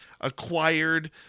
acquired